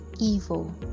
evil